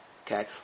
Okay